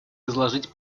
изложить